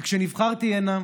וכשנבחרתי הנה